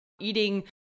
eating